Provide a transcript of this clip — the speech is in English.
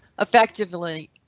effectively